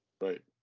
Right